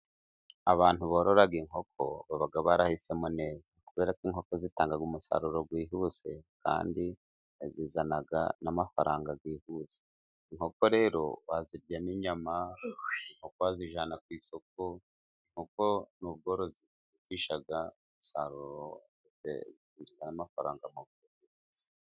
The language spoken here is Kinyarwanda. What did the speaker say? Abantu borora inkoko baba barahisemo neza. Kubera ko inkoko zitanga umusaruro wihuse, kandi zizana n'amafaranga yihuse. Inkoko rero waziryamo inyama, inkoko wazijyana ku isoko, kuko ni ubworozi bwihutisha umusaruro w'amafaranga.